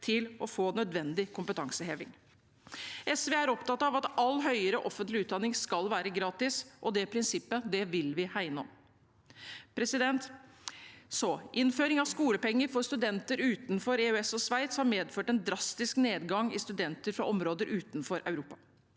til å få nødvendig kompetanseheving. SV er opptatt av at all offentlig høyere utdanning skal være gratis, og det prinsippet vil vi hegne om. Innføring av skolepenger for studenter fra utenfor EØS og Sveits har medført en drastisk nedgang i antall studenter fra områder utenfor Europa.